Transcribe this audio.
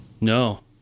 No